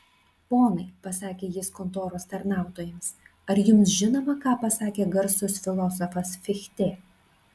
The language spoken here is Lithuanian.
ponai pasakė jis kontoros tarnautojams ar jums žinoma ką pasakė garsus filosofas fichtė